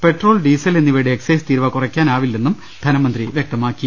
petrol diesel എന്നിവ്യുടെ excise തീരുവ കുറ യ്ക്കാനാവില്ലെന്ന് ധന്യമന്ത്രി വൃക്തമാക്കി